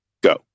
go